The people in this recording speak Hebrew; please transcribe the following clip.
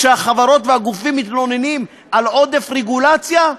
כשהחברות והגופים מתלוננים על עודף רגולציה,